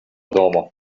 domo